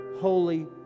holy